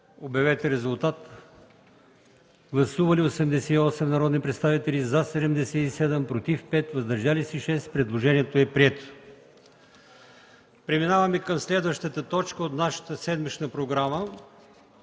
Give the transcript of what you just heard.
на срок. Гласували 88 народни представители: за 77, против 5, въздържали се 6. Предложението е прието. Преминаваме към следващата точка от нашата седмична програма: